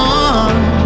one